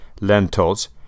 lentils